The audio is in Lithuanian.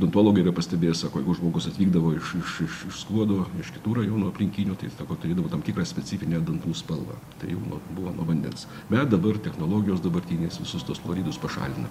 dontologai yra pastebėję sako jeigu žmogus atvykdavo iš iš skuodo iš kitų rajonų aplinkinių tai sako turėdavo tam tikrą specifinę dantų spalvą tai nuo buvo nuo vandens bet dabar technologijos dabartinės visus tuos fluoridus pašalina